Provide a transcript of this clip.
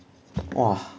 !wah!